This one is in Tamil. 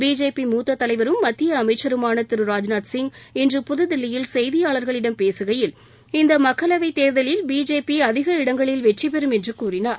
பிஜேபி மூத்த தலைவரும் மத்திய அமைச்சருமான திரு ராஜ்நாத் சிங் இன்று புதுதில்லியில் செய்தியாளர்களிடம் பேககையில் இந்த மக்களவைத் தேர்தலில் பிஜேபி அதிக இடங்களில் வெற்றி பெறும் என்று கூறினார்